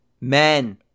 Men